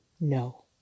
No